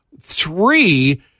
three